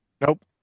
nope